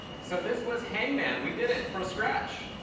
so this was hangman. we did it from scratch,